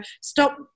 stop